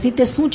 તેથી તે શું છે